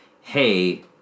hey